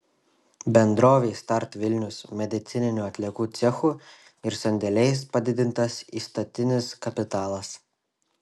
bendrovei start vilnius medicininių atliekų cechu ir sandėliais padidintas įstatinis kapitalas